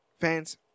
fans